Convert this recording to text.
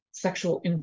sexual